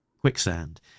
quicksand